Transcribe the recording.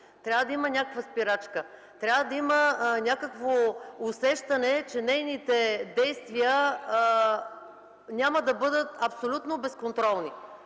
юзди, да има някаква спирачка, да има усещане, че нейните действия няма да бъдат абсолютно безконтролни.